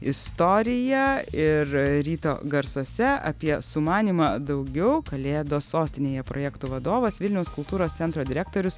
istorija ir ryto garsuose apie sumanymą daugiau kalėdos sostinėje projektų vadovas vilniaus kultūros centro direktorius